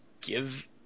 give